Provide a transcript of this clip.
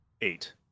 eight